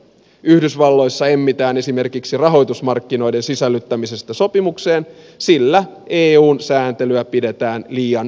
yhdysvalloissa emmitään esimerkiksi rahoitusmarkkinoiden sisällyttämistä sopimukseen sillä eun sääntelyä pidetään liian löysänä